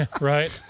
Right